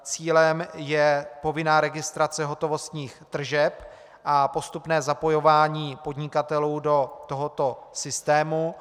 Cílem je povinná registrace hotovostních tržeb a postupné zapojování podnikatelů do tohoto systému.